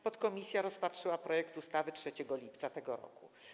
Podkomisja rozpatrzyła projekt ustawy 3 lipca tego roku.